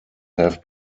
have